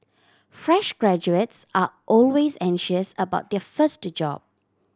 fresh graduates are always anxious about their first job